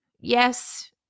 Yes